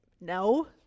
no